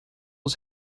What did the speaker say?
was